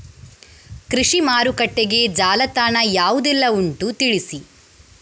ಕೃಷಿ ಮಾರುಕಟ್ಟೆಗೆ ಜಾಲತಾಣ ಯಾವುದೆಲ್ಲ ಉಂಟು ತಿಳಿಸಿ